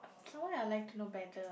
someone I like to know better ah